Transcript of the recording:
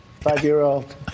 five-year-old